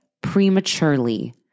prematurely